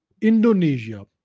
Indonesia